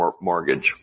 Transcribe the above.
mortgage